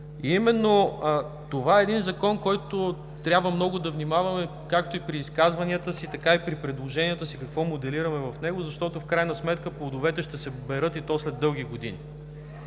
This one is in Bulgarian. самия. Това е Закон, по който трябва много да внимаваме както при изказванията си, така и при предложенията си какво моделираме в него, защото плодовете ще се берат, и то след дълги години.